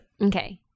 Okay